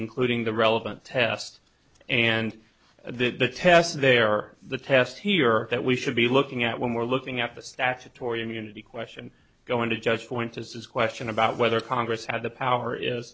including the relevant test and the test there are the tests here that we should be looking at when we're looking at the statutory immunity question going to judge point is this question about whether congress had the power is